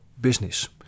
business